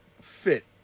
fit